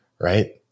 right